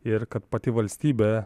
ir kad pati valstybė